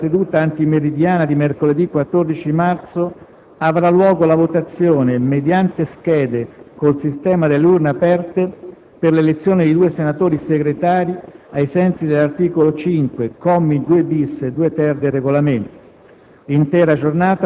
In apertura della seduta antimeridiana di mercoledì 14 marzo, avrà luogo la votazione - mediante schede, col sistema delle urne aperte - per l'elezione di due senatori Segretari, ai sensi dell'articolo 5, commi 2-*bis* e 2-*ter*, del Regolamento.